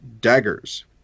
Daggers